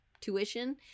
tuition